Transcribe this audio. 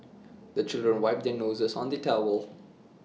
the children wipe their noses on the towel